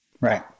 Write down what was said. Right